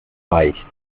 reicht